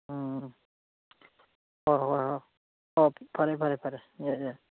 ꯎꯝ ꯍꯣꯏ ꯍꯣꯏ ꯍꯣꯏ ꯑꯣ ꯐꯔꯦ ꯐꯔꯦ ꯐꯔꯦ ꯌꯥꯏ ꯌꯥꯏ